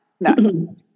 no